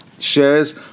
Shares